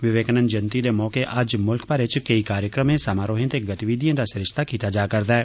विवेकानंद जयंति दे मौके अज्ज मुल्ख मरै च केंई कार्यक्रमें समारोहे ते गतिविधिए दा सरिस्ता कीता जा'रदा ऐ